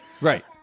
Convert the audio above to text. Right